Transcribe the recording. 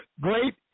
Great